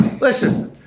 listen